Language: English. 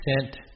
sent